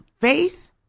Faith